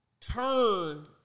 turn